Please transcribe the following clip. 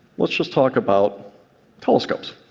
let's just talk about telescopes.